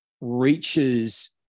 reaches